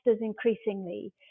increasingly